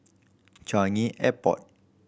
Changi Airport